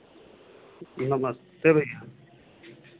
नमस्ते भैया